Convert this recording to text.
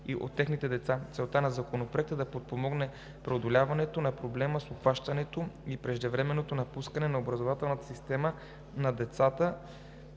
от техните деца. Целта на Законопроекта е да подпомогне преодоляването на проблема с обхващането и преждевременното напускане на образователната система на децата